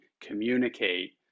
communicate